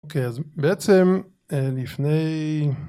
אוקיי, אז בעצם לפני...